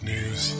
News